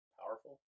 Powerful